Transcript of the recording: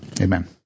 Amen